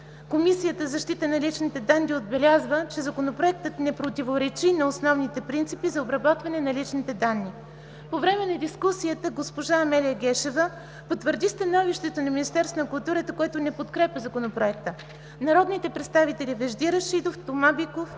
Комисията за защита на личните данни отбелязва, че Законопроектът не противоречи на основните принципи за обработване на лични данни. По време на дискусията госпожа Амелия Гешева потвърди становището на Министерството на културата, което не подкрепя Законопроекта. Народните представители Вежди Рашидов, Тома Биков,